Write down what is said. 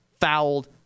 fouled